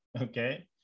okay